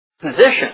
position